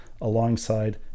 alongside